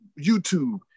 YouTube